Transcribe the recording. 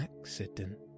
accident